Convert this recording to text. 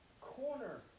corner